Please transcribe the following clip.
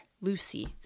Lucy